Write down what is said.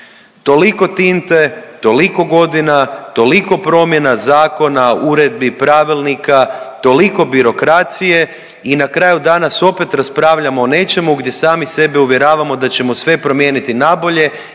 Toliko tinte, toliko godina, toliko promjena zakona, uredbi, pravilnika, toliko birokracije i na kraju danas opet raspravljamo o nečemu gdje sami sebe uvjeravamo da ćemo sve promijeniti nabolje